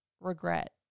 regret